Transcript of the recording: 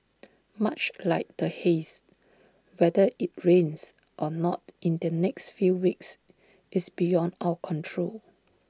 much like the haze whether IT rains or not in the next few weeks is beyond our control